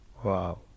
Wow